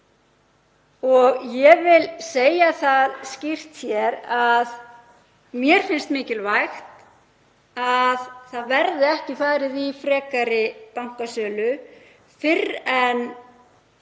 Ég vil segja það skýrt hér að mér finnst mikilvægt að það verði ekki farið í frekari bankasölu fyrr en þetta